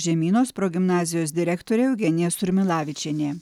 žemynos progimnazijos direktorė eugenija surmilavičienė